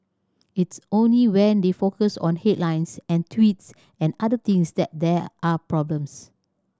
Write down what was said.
it's only when they focus on headlines and tweets and other things that there are problems